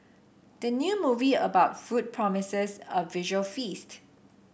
the new movie about food promises a visual feast